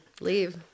leave